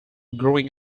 growing